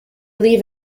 leave